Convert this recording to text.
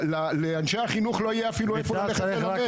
לאנשי החינוך לא יהיה אפילו איפה ללכת ללמד.